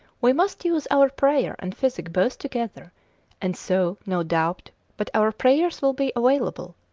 we must use our prayer and physic both together and so no doubt but our prayers will be available,